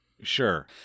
Sure